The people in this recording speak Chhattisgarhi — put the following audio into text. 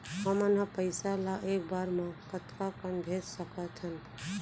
हमन ह पइसा ला एक बार मा कतका कन भेज सकथन?